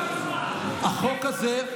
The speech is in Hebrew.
החוק הזה,